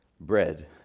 bread